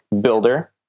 builder